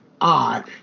odd